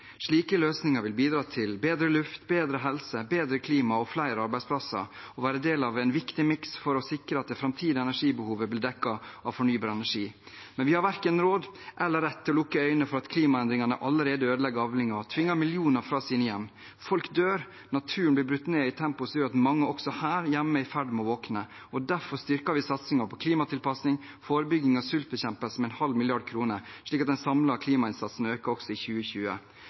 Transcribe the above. Slike løsninger vil bidra til bedre luft, bedre helse, bedre klima og flere arbeidsplasser og være del av en viktig miks for å sikre at det framtidige energibehovet blir dekket av fornybar energi. Vi har verken råd til eller rett til å lukke øynene for at klimaendringene allerede ødelegger avlinger og tvinger millioner fra sine hjem. Folk dør, naturen blir brutt ned i et tempo som gjør at mange også her hjemme er i ferd med å våkne. Derfor styrker vi satsingen på klimatilpasning og forebygging av sult, bekjempelse av sult med en halv milliard kroner, slik at den samlede klimainnsatsen øker også i 2020.